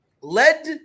led